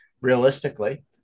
realistically